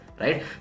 right